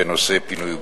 בנושא פינוי ובינוי.